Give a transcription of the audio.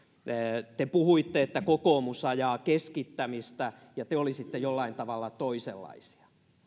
te puhuitte että kokoomus ajaa keskittämistä ja te olisitte jollain tavalla toisenlaisia